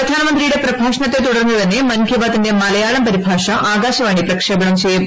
പ്രധാനമന്ത്രിയുടെ പ്രഭാഷ്ടണ്ടത്ത് തുടർന്നുതന്നെ മൻ കി ബാത്തിന്റെ മലയാളം പ്രിരിഭാഷ ആകാശവാണി പ്രക്ഷേപണം ചെയ്യും